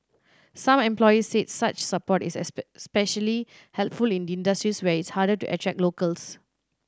some employers said such support is especially helpful in industries where it is harder to attract locals